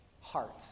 heart